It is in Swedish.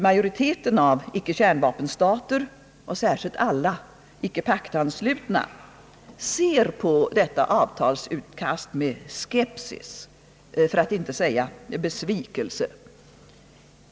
Majoriteten av icke-kärnvapenstater, och särskilt alla icke paktanslutna, ser på detta avtalsutkast med skepsis, för att inte säga besvikelse.